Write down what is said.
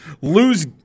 lose